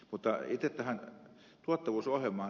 mutta itse tähän tuottavuusohjelmaan